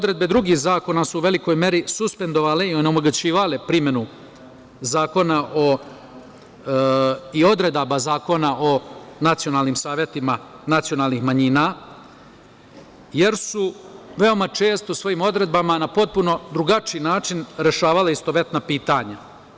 Odredbe drugih zakona su u velikoj meri suspendovale i onemogućivale primenu zakona i odredaba Zakona o nacionalnim savetima nacionalnih manjina, jer su veoma često svojim odredbama na potpuno drugačiji način rešavala istovetna pitanja.